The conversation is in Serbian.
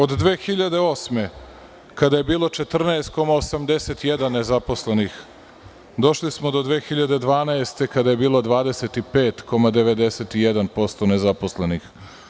Od 2008. godine, kada je bilo 14,81% nezaposlenih, došli smo do 2012. godine, kada je bilo 25,91% nezaposlenih.